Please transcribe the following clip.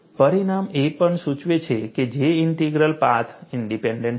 પરિણામ એ પણ સૂચવે છે કે J ઇન્ટિગ્રલ પાથ ઇન્ડીપેન્ડન્ટ છે